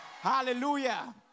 Hallelujah